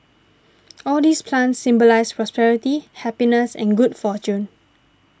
all these plants symbolise prosperity happiness and good fortune